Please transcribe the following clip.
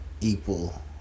equal